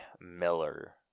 Miller